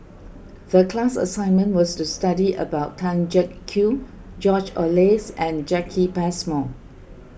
the class assignment was to study about Tan Kew George Oehlers and Jacki Passmore